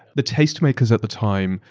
the taste makers at the time,